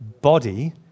body